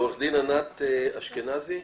עורכת הדין ענת אשכנזי,